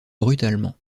brutalement